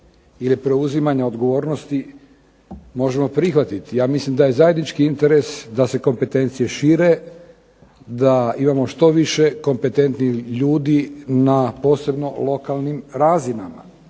ili preuzimanja odgovornosti možemo prihvatiti? Ja mislim da je zajednički interes da se kompetencije šire da imamo što više kompetentnih ljudi na posebno lokalnim razinama.